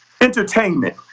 entertainment